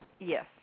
Yes